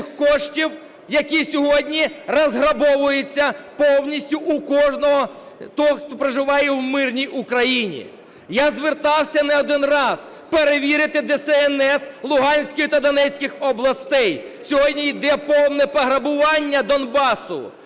Я звертався не один раз, перевірити ДСНС Луганської та Донецької областей, сьогодні йде повне пограбування Донбасу.